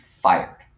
Fired